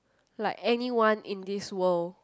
like anyone in this world